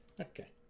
Okay